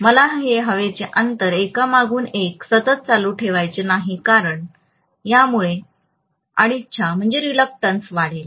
मला हे हवेचे अंतर एकामागून एक मागे सतत चालू ठेवायचे नाही कारण यामुळे अनिच्छा वाढेल